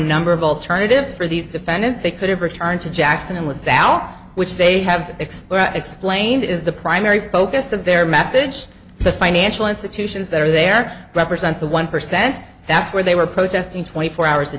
number of alternatives for these defendants they could have returned to jack and without which they have explored explained is the primary focus of their message the financial institutions that are there represent the one percent that's where they were protesting twenty four hours a